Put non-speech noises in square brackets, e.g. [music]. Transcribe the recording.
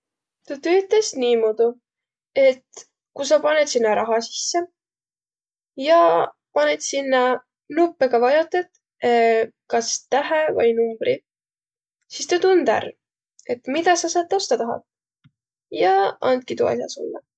Tuu tüütäs niimuudu, et ku sa panõt sinnäq raha sisse ja panõt sinnä nuppõga vajotat [hesitation] kas täheq vai numbriq, sis tä tund ärq, et midä sa säält ostaq tahat ja andki tuu as'a sullõ.